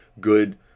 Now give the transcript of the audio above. good